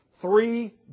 three